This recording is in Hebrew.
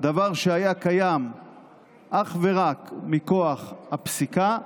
דבר שהיה קיים אך ורק מכוח הפסיקה.